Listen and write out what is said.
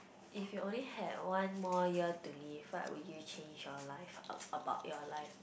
if you only had one more year to live what would you change your life ab~ about your life